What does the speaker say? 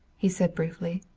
he said briefly.